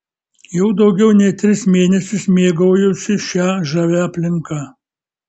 jau daugiau nei tris mėnesius mėgaujuosi šia žavia aplinka